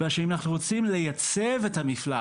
מכיוון שאם אנחנו רוצים לייצב את המפלס,